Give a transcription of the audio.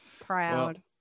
proud